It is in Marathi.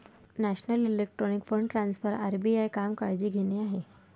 national electronic fund transfer RBI काम काळजी घेणे आहे